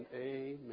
amen